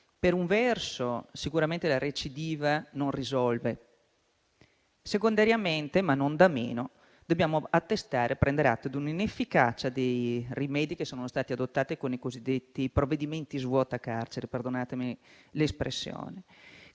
Per un verso, sicuramente la recidiva non risolve; secondariamente, ma non da meno, dobbiamo attestare e prendere atto dell'inefficacia dei rimedi che sono stati adottati con i cosiddetti provvedimenti svuotacarceri (perdonatemi l'espressione).